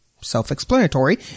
Self-explanatory